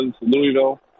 Louisville